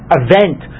event